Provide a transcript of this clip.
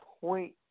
point